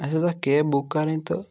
اَسہِ ٲسۍ اَکھ کیب بُک کَرٕنۍ تہٕ